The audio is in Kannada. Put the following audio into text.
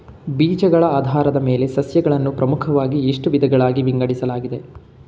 ಬೀಜಗಳ ಆಧಾರದ ಮೇಲೆ ಸಸ್ಯಗಳನ್ನು ಪ್ರಮುಖವಾಗಿ ಎಷ್ಟು ವಿಧಗಳಾಗಿ ವಿಂಗಡಿಸಲಾಗಿದೆ?